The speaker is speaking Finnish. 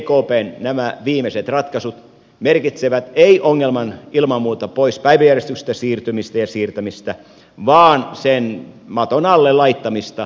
eli nämä ekpn viimeiset ratkaisut merkitsevät ei ongelman ilman muuta pois päiväjärjestyksestä siirtymistä ja siirtämistä vaan sen maton alle laittamista